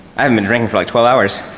um been drinking for like twelve hours.